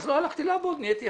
ואז לא הלכתי לעבוד.